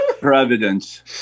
Providence